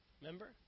Remember